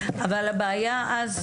הבעיה אז,